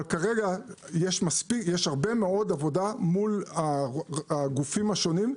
אבל כרגע יש הרבה מאוד עבודה מול הגופים השונים.